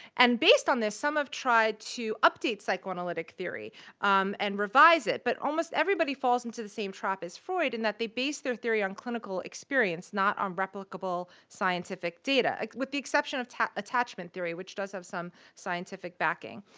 and based on this, some have tried to update psychoanalytic theory and revise it. but almost everybody falls into the same trap as freud in that they base their theory on clinical experience, not on replicable scientific data with the exception of attachment theory, which does have some scientific backing.